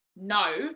no